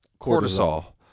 Cortisol